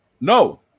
no